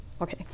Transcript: okay